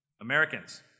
Americans